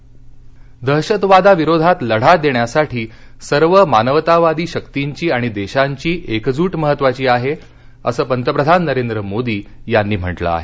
मोदी दहशतवादाविरोधात लढा देण्यासाठी सर्व मानवतावादी शर्कींची आणि देशांची एकजूट महत्त्वाची आहे असं पंतप्रधान नरेंद्र मोदी यांनी म्हटलं आहे